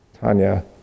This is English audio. Tanya